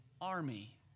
army